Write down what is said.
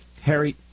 Harry